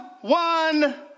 one